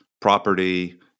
property